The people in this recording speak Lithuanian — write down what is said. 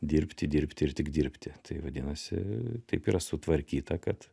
dirbti dirbti ir tik dirbti tai vadinasi taip yra sutvarkyta kad